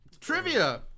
Trivia